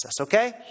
Okay